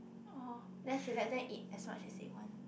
then should let them eat as much as they want